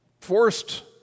forced